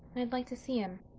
i'd like to see him,